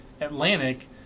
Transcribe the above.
Atlantic